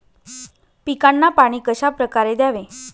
पिकांना पाणी कशाप्रकारे द्यावे?